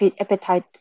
appetite